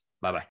Bye-bye